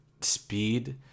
speed